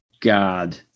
God